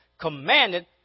commanded